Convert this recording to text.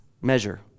measure